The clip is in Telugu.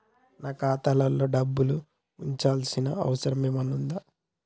నాకు ఖాతాలో డబ్బులు ఉంచాల్సిన అవసరం ఏమన్నా ఉందా?